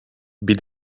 bir